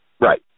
right